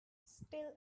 still